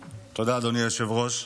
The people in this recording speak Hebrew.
תודה, אדוני היושב-ראש.